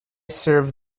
serve